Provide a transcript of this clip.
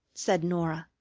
said norah,